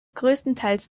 größtenteils